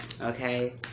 okay